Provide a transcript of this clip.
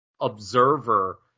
Observer